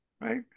right